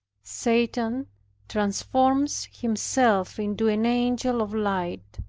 satan transforms himself into an angel of light,